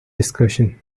discussion